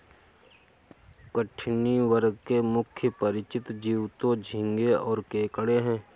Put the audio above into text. कठिनी वर्ग के मुख्य परिचित जीव तो झींगें और केकड़े हैं